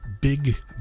Big